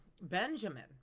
benjamin